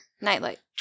Nightlight